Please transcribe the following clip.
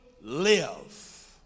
live